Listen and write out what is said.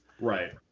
Right